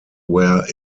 where